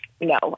No